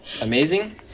Amazing